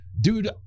Dude